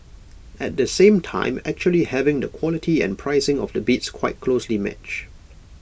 at the same time actually having the quality and pricing of the bids quite closely matched